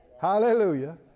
Hallelujah